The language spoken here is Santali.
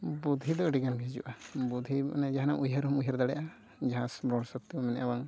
ᱵᱩᱫᱽᱫᱷᱤ ᱫᱚ ᱟᱹᱰᱤᱜᱟᱱ ᱜᱮ ᱦᱤᱡᱩᱜᱼᱟ ᱵᱩᱫᱽᱫᱷᱤ ᱢᱟᱱᱮ ᱡᱟᱦᱟᱱᱟᱜ ᱩᱭᱦᱟᱹᱨ ᱦᱚᱢ ᱩᱭᱦᱟᱹᱨ ᱫᱟᱲᱮᱭᱟᱜᱼᱟ ᱡᱟᱦᱟᱸ ᱨᱚᱲ ᱦᱤᱥᱟᱹᱵᱽᱛᱮ ᱵᱚ ᱢᱮᱱᱮᱫᱼᱟ ᱵᱟᱝ